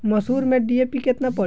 मसूर में डी.ए.पी केतना पड़ी?